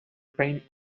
pain